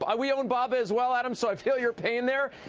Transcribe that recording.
but we own baba as well, adam, so feel your pain there.